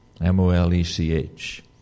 M-O-L-E-C-H